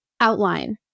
outline